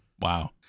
Wow